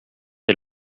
est